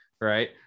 right